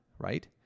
Right